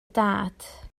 dad